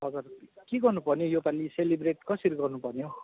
हजुर के गर्नुपर्ने हौ योपालि सेलिब्रेट कसरी गर्नुपर्ने हौ